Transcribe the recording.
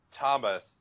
Thomas